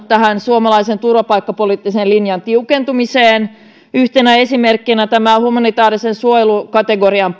tähän suomalaisen turvapaikkapoliittisen linjan tiukentumiseen yhtenä esimerkkinä tämä humanitaarisen suojelun kategorian